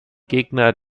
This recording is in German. gegner